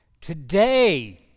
Today